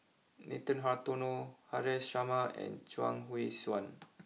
Nathan Hartono Haresh Sharma and Chuang Hui Tsuan